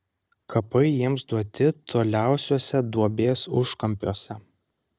kapai jiems duoti toliausiuose duobės užkampiuose